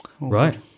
Right